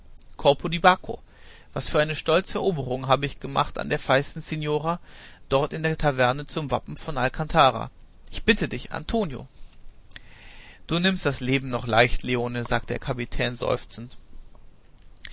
bacco was für eine stolze eroberung hab ich gemacht an der feisten signora dort in der taverne zum wappen von alkantara ich bitte dich antonio du nimmst das leben noch leicht leone sagte der kapitän seufzend